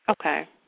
Okay